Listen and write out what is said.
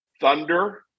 thunder